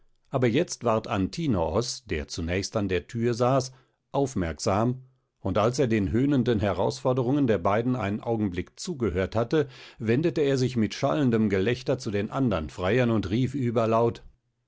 aber jetzt ward antinoos der zunächst an der thür saß aufmerksam und als er den höhnenden herausforderungen der beiden einen augenblick zugehört hatte wendete er sich mit schallendem gelächter zu den andern freiern und rief überlaut